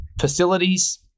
facilities